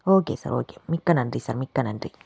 okay sir okay மிக்க நன்றி sir மிக்க நன்றி